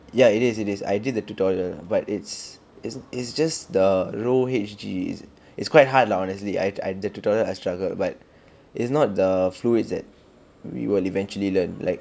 ya it is it is I did the tutorial but it's it's it's just the low H_G is is quite hard lah honestly I I the tutorial I struggled but it's not the fluids that we will eventually learn like